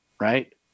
right